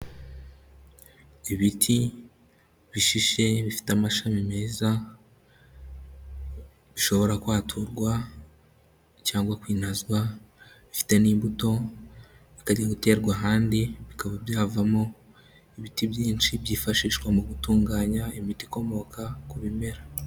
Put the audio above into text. Ibiti bishishe bifite amashami meza, bishobora kwaturwa, cyangwa kwinyazwa, bifite n'imbuto zitari guterwa ahandi, bikaba byavamo ibiti byinshi byifashishwa mu gutunganya imiti ikomoka ku bimera.